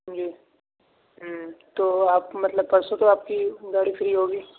جی ہوں تو آپ مطلب پرسوں تو آپ کی گاڑی فری ہوگی